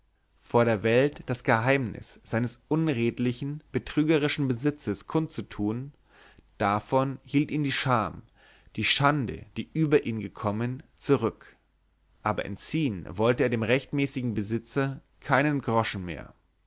vor der welt das geheimnis seines unredlichen betrügerischen besitzes kundzutun davon hielt ihn die scham die schande die über ihn gekommen zurück aber entziehen wollte er dem rechtmäßigen besitzer keinen groschen mehr